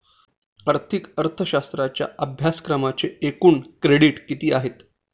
आर्थिक अर्थशास्त्राच्या अभ्यासक्रमाचे एकूण क्रेडिट किती आहेत?